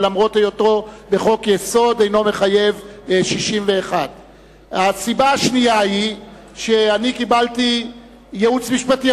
ולמרות היותו בחוק-יסוד אינו מחייב 61. הסיבה השנייה היא שאני קיבלתי ייעוץ משפטי,